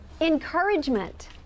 encouragement